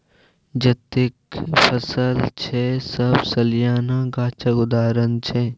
जतेक फसल छै सब सलियाना गाछक उदाहरण छै